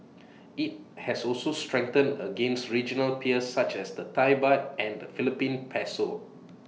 IT has also strengthened against regional peers such as the Thai Baht and the Philippine Peso